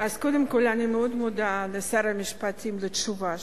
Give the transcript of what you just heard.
אז קודם כול אני מאוד מודה לשר המשפטים על התשובה שלו.